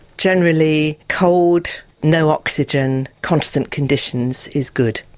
generally cold, no oxygen, constant conditions is good.